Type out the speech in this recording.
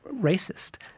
racist